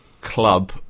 club